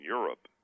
Europe